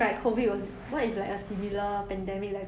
ya that's why we never know right